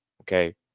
Okay